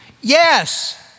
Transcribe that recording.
Yes